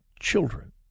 children